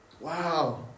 wow